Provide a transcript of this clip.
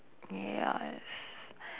ya S